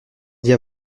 dit